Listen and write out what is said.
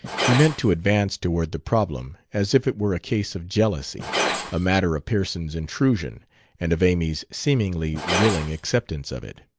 he meant to advance toward the problem as if it were a case of jealousy a matter of pearson's intrusion and of amy's seemingly willing acceptance of it.